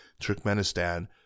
Turkmenistan